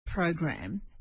program